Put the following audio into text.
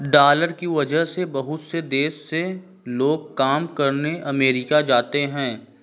dollar की वजह से बहुत से देशों से लोग काम करने अमरीका जाते हैं